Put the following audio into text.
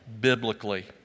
biblically